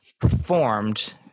performed